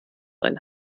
ein